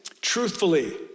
truthfully